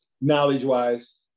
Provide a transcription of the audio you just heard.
Knowledge-wise